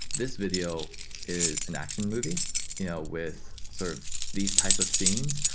this video is an action movie you know with sort of these type of scenes,